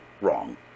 wrong